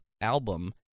album